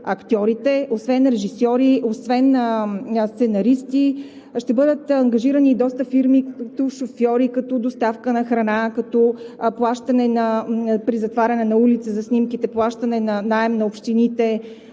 актьорите, освен режисьори, освен сценаристи, ще бъдат ангажирани и доста фирми, като шофьори, като доставка на храна, при затваряне на улица за снимките, плащане на наем на общините,